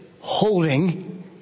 holding